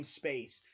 space